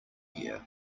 here